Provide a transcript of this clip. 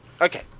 Okay